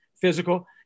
physical